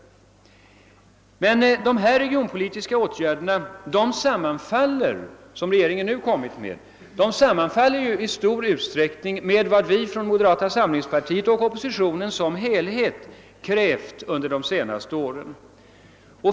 Men de regionpolitiska åtgärder som regeringen nu kommit med sammanfaller i stor utsträckning med vad vi från moderata samlingspartiet och oppositionen som helhet krävt under de senaste åren.